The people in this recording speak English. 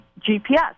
GPS